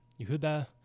Yehuda